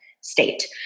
state